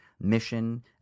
mission